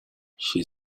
she